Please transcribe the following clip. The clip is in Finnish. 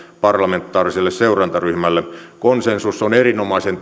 parlamentaariselle seurantaryhmälle konsensus on erinomaisen